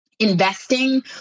investing